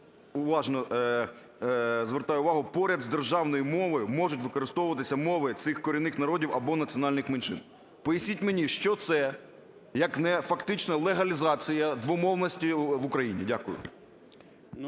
уважно, звертаю увагу! – поряд з державною мовою можуть використовуватися мови цих корінних народів або національних меншин". Поясніть мені, що це, як не фактично легалізація двомовності в Україні? Дякую.